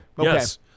Yes